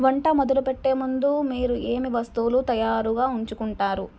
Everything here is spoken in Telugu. వంట మొదలుపెట్టే ముందు మీరు ఏమి వస్తువులు తయారుగా ఉంచుకుంటారు